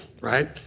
right